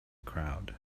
crowd